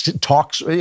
talks